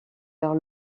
vers